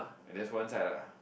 and that's one side lah